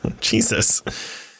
Jesus